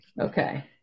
okay